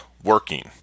working